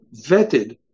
vetted